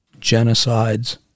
genocides